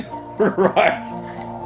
Right